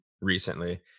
recently